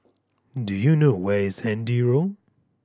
do you know where is Handy Road